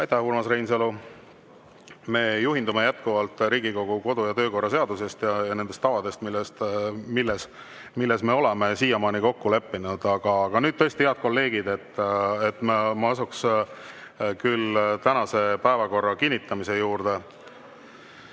Aitäh, Urmas Reinsalu! Me juhindume jätkuvalt Riigikogu kodu- ja töökorra seadusest ja nendest tavadest, milles me oleme siiani kokku leppinud. Aga nüüd tõesti, head kolleegid, ma asuks küll tänase päevakorra kinnitamise juurde.